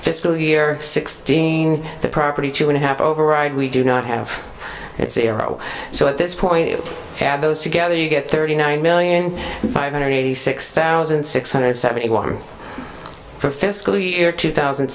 fiscal year sixteen the property two and a half override we do not have its arrow so at this point you add those together you get thirty nine million five hundred eighty six thousand six hundred seventy one for fiscal year two thousand